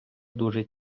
дуже